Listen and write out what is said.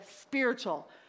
spiritual